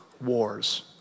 wars